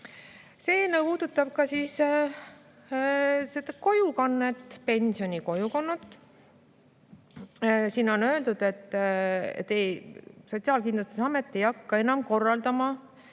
eelnõu puudutab ka kojukannet, pensioni kojukannet. Siin on öeldud, et Sotsiaalkindlustusamet ei hakka enam korraldama